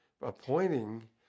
appointing